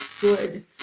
good